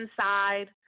inside